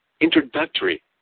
Introductory